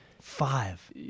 Five